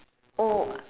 oh